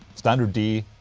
standard d,